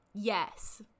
yes